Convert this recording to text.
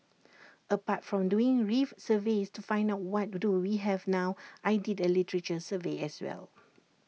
apart from doing reef surveys to find out what do we have now I did A literature survey as well